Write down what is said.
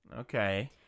Okay